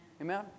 Amen